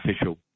official